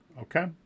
okay